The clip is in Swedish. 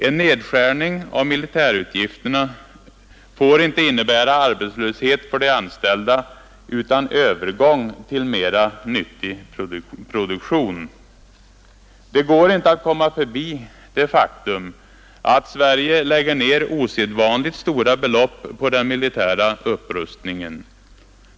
En nedskärning av militärutgifterna får inte innebära arbetslöshet för de anställda, utan den skall medföra övergång till en mera nyttig produktion. Det går inte att komma förbi det faktum att Sverige lägger ner osedvanligt stora belopp på den militära upprustningen.